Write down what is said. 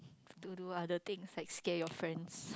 to do other things like scare your friends